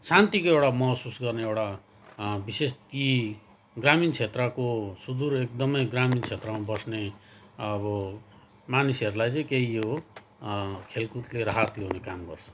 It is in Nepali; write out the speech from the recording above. शान्तिको एउटा महसुस गर्ने एउटा विशेष ती ग्रामीण क्षेत्रको सुदुर एकदमै ग्रामीण क्षेत्रमा बस्ने अब मानिसहरूलाई चाहिँ केही यो खेलकुदले राहत ल्याउने काम गर्छ